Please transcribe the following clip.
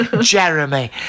Jeremy